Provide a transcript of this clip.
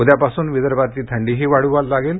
उद्यापासून विदर्भातली थंडीही वाढू लागेल